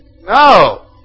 No